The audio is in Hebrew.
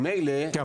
כן,